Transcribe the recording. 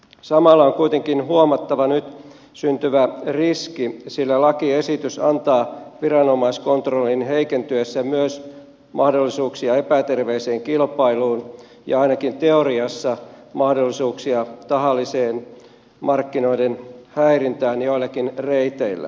samalla on kuitenkin huomattava nyt syntyvä riski sillä lakiesitys antaa viranomaiskontrollin heikentyessä myös mahdollisuuksia epäterveeseen kilpailuun ja ainakin teoriassa mahdollisuuksia tahalliseen markkinoiden häirintään joillakin reiteillä